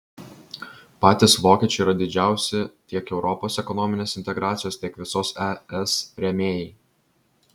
patys vokiečiai yra didžiausi tiek europos ekonominės integracijos tiek visos es rėmėjai